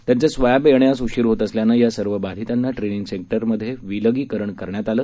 त्यांचे स्वॅब येण्यास उशीर होत असल्याने या सर्व बधितांना ट्रेनिंग सेंटर मध्ये विलगिकरण करण्यात आले